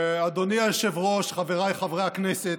אדוני היושב-ראש, חבריי חברי הכנסת,